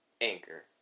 Anchor